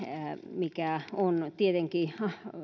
mikä on tietenkin